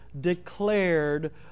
declared